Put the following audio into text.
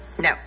no